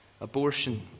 abortion